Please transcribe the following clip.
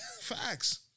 Facts